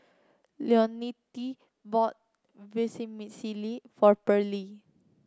Leontine bought Vermicelli for Pearle